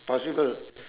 possible